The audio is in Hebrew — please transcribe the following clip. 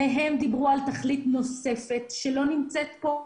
שניהם דיברו על תכלית נוספת, שלא נמצאת פה: